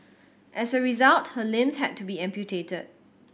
as a result her limbs had to be amputated